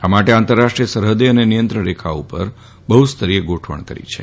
આ માટે આંતરરાષ્ટ્રીય સરહદે અને નિયંત્રણ રેખા ઉપર બફ્સ્તરીય ગોઠવણ કરી છે